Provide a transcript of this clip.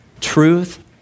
Truth